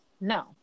No